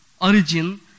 origin